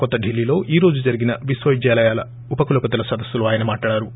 కొత్త డిల్లీలో ఈరోజు జరిగిన విశ్వవిద్యాలయాల ఉపకులపతుల సదస్సులో ఆయన మాట్లాడారు